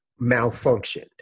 malfunctioned